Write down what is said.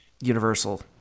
universal